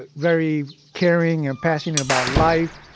ah very caring and passionate about life.